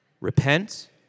Repent